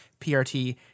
PRT